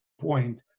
point